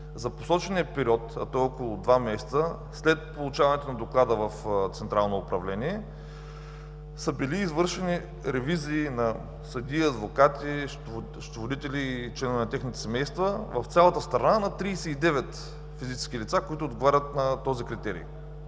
„За посочения период“ – а той е около два месеца след получаването на доклада в Централно управление, са били извършени ревизии на съдии, адвокати, счетоводители и членове на техните семейства в цялата страна на 39 физически лица, които отговарят на този критерий.